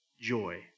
joy